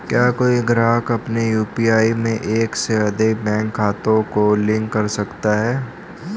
क्या कोई ग्राहक अपने यू.पी.आई में एक से अधिक बैंक खातों को लिंक कर सकता है?